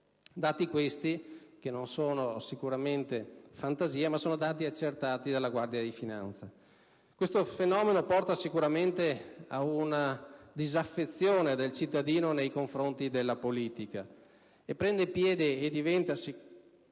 dati che non sono sicuramente frutto di fantasia, ma dati accertati dalla Guardia di finanza. Questo fenomeno porta sicuramente a una disaffezione del cittadino nei confronti della politica e prende piede e diventa non